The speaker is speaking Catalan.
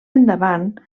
endavant